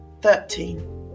thirteen